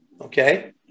okay